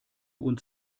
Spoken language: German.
uns